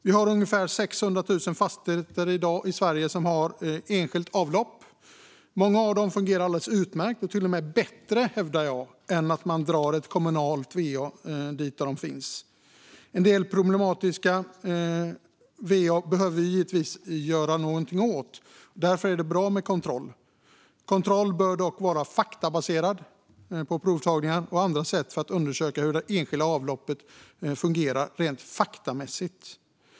Vi har ungefär 600 000 fastigheter i dag i Sverige som har enskilt avlopp. Många av dem fungerar alldeles utmärkt och till och med bättre, hävdar jag, än om man drar kommunalt va till dem. En del problematiska va-lösningar behöver givetvis göras något åt. Därför är det bra med kontroll. Kontrollen bör dock vara baserad på provtagningar och andra sätt för att undersöka hur det enskilda avloppet fungerar rent faktamässigt.